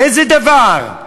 איזה דבר?